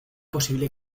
posible